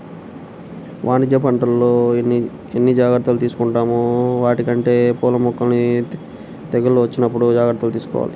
వాణిజ్య పంటల్లో ఎన్ని జాగర్తలు తీసుకుంటామో వాటికంటే పూల మొక్కలకి తెగుళ్ళు వచ్చినప్పుడు జాగర్తలు తీసుకోవాల